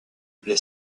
les